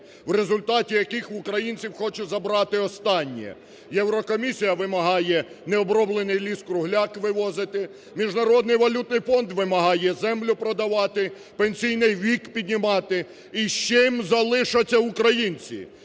в результаті яких в українців хочуть забрати останнє? Єврокомісія вимагає необроблений ліс-кругляк вивозити, Міжнародний валютний фонд вимагає землю продавати, пенсійний вік піднімати. Із чим залишаться українці?